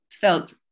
felt